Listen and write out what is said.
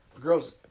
Girls